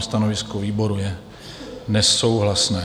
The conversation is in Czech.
Stanovisko výboru je nesouhlasné.